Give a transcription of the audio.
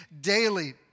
daily